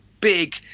big